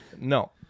No